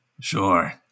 Sure